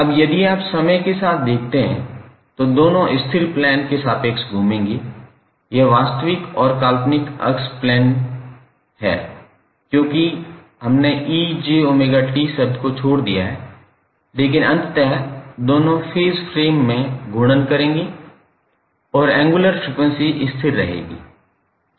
अब यदि आप समय के साथ देखते हैं तो दोनों स्थिर प्लेन के सापेक्ष घूमेंगे यह वास्तविक और काल्पनिक अक्ष प्लेन है क्योंकि हमने 𝑒𝑗𝜔𝑡 शब्द को छोड़ दिया है लेकिन अंततः दोनों फेज फ़्रेम में घूर्णन करेंगे और एंगुलर फ्रीक्वेंसी स्थिर रहेंगे